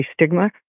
stigma